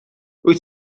wyt